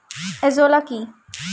Azolla কি?